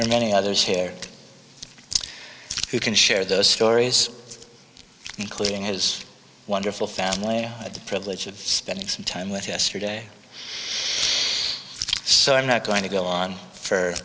and many others here you can share those stories including his wonderful family the privilege of spending some time with yesterday so i'm not going to go on for